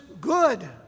good